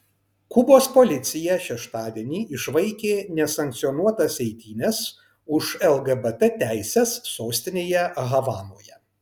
kubos policija šeštadienį išvaikė nesankcionuotas eitynes už lgbt teises sostinėje havanoje